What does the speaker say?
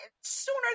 sooner